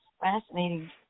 fascinating